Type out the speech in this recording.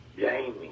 Jamie